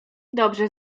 dobrze